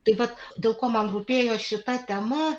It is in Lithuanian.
taip vat dėl ko man rūpėjo šita tema